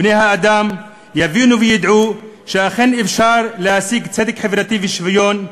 בני-האדם יבינו וידעו שאכן אפשר להשיג צדק חברתי ושוויון,